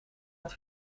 het